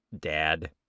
dad